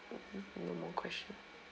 no more question